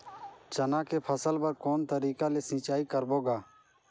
चना के फसल बर कोन तरीका ले सिंचाई करबो गा?